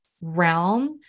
realm